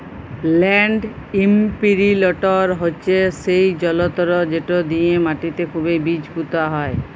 land ইমপিরিলটর হছে সেই জলতর্ যেট দিঁয়ে মাটিতে খুবই বীজ পুঁতা হয়